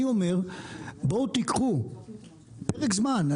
אני אומר בואו תיקחו פרק זמן,